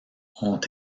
ont